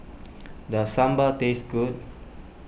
does Sambar taste good